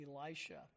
Elisha